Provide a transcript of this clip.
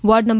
ward નં